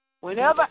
Whenever